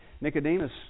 Nicodemus